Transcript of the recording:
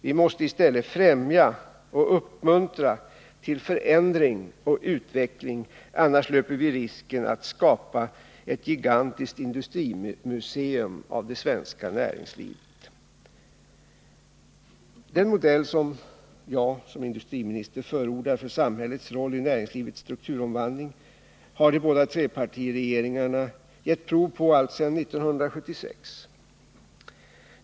Vi måste i stället främja och uppmuntra till förändring och utveckling — annars löper vi risken att skapa ett gigantiskt industrimuseum av det svenska näringslivet. Den modell som jag som industriminister förordar för samhällets roll i näringslivets strukturomvandling har de båda trepartiregeringarna givit prov på alltsedan 1976.